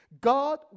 God